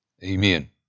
Amen